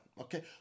Okay